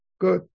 Good